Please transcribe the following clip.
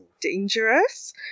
dangerous